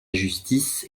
justice